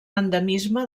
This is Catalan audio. endemisme